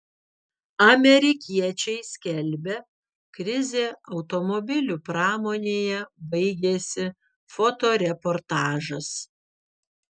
amerikiečiai skelbia krizė automobilių pramonėje baigėsi fotoreportažas